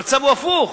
המצב הוא הפוך.